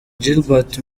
gilbert